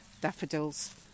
daffodils